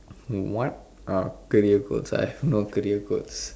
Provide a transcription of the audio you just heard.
what are career goals I have no career goals